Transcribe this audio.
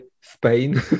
Spain